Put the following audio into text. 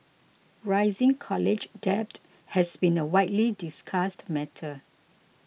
rising college debt has been a widely discussed matter